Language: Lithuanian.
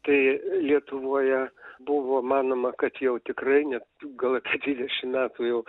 tai lietuvoje buvo manoma kad jau tikrai net gal dvidešim metų jau